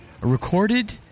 recorded